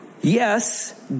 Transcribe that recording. Yes